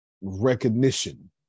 recognition